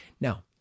Now